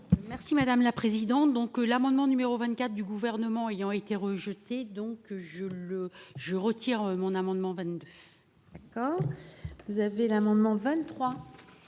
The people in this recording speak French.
Merci madame la présidente. Donc l'amendement numéro 24 du gouvernement ayant été rejeté. Donc je le, je retire mon amendement. Quand vous avez l'amendement 23.